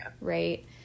right